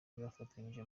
bafatanyije